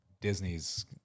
Disney's